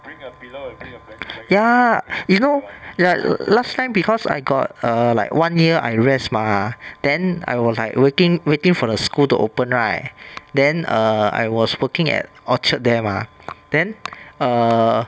ya you know like la~ last time because I got err like one year I rest mah then I will like waitin~ waiting for the school to open right then err I was working at orchard there mah then err